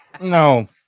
No